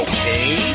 Okay